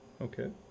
okay